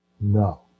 no